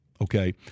okay